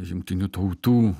jungtinių tautų